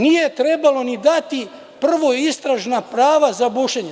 Nije trebalo ni dati prvo istražna prava za bušenje.